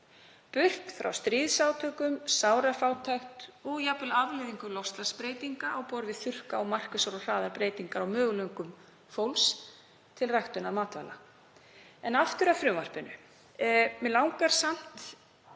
burt frá stríðsátökum, sárafátækt og jafnvel afleiðingum loftslagsbreytinga á borð við þurrka og markvissar og hraðar breytingar á möguleikum fólks til ræktunar matvæla. En aftur að frumvarpinu. Mig langar samt